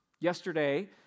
Yesterday